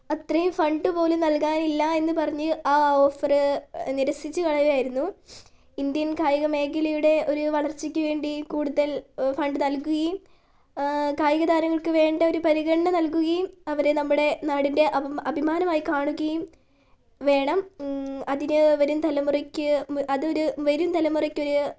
അത്രയും ഫണ്ട് പോലും നൽകാൻ ഇല്ല എന്നുപറഞ്ഞ് ആ ഓഫറ് നിരസിച്ചു കളയായിരുന്നു ഇന്ത്യൻ കായിക മേഖലയുടെ ഒരു വളർച്ചക്ക് വേണ്ടി കൂടുതൽ ഫണ്ട് നൽകുകയും കായിക തരങ്ങൾക്ക് വേണ്ട ഒരു പരിഗണന നൽകുകയും അവരെ നമ്മുടെ നാടിന്റെ അഭിമാനമായി കാണുകയും വേണം അതിനു വരും തലമുറയ്ക്ക് അതൊരു വരും തലമുറക്കൊരു